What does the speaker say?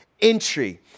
entry